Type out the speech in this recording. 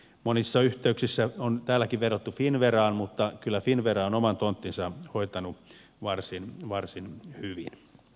monissa yhteyksissä on täälläkin vedottu finnveraan mutta kyllä finnvera on oman tonttinsa hoitanut varsin hyvin